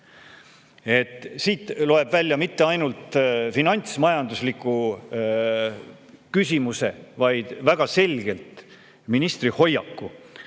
Siit loeb välja mitte ainult finantsmajandusliku küsimuse, vaid väga selgelt ministri hoiaku